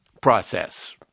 process